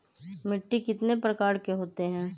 मिट्टी कितने प्रकार के होते हैं?